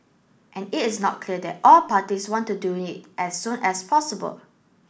and it is not clear that all the parties want to do it as soon as possible